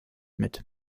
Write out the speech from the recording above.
mit